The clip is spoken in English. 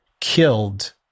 killed